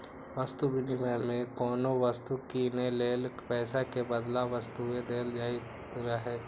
वस्तु विनिमय मे कोनो वस्तु कीनै लेल पैसा के बदला वस्तुए देल जाइत रहै